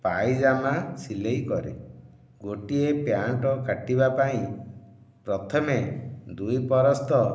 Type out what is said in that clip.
ପାଇଜାମା ସିଲେଇ କରେ ଗୋଟିଏ ପ୍ୟାଣ୍ଟ କାଟିବା ପାଇଁ ପ୍ରଥମେ ଦୁଇପରସ୍ତ